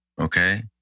okay